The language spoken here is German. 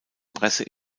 presse